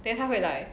then 他会 like